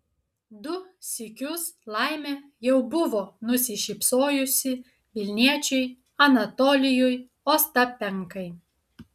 du sykius laimė jau buvo nusišypsojusi vilniečiui anatolijui ostapenkai